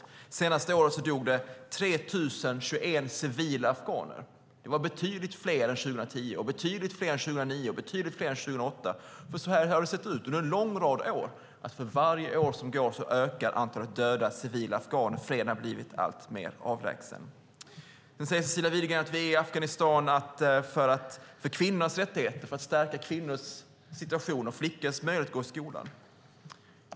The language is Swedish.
Under det senaste året dog 3 021 civila afghaner. Det var betydligt fler än 2010, betydligt fler än 2009 och betydligt fler än 2008. Så här har det sett ut under en lång rad år, det vill säga att för varje år som går ökar antalet döda civila afghaner och freden har blivit alltmer avlägsen. Cecilia Widegren säger att vi är i Afghanistan för att stärka kvinnornas rättigheter och för att öka möjligheterna för flickor att gå i skolan.